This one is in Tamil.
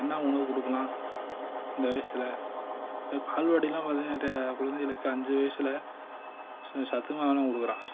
என்ன உணவு கொடுக்குலாம் இந்த வயசில் போய் பால்வாடிலாம் பார்த்திங்கன்னா நிறையா குழந்தைகளுக்கு அஞ்சு வயசில் ச சத்து மாவுலாம் கொடுக்குறான்